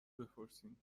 بپرسیم